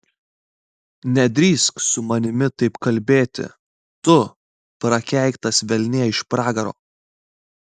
nedrįsk su manimi taip kalbėti tu prakeiktas velnie iš pragaro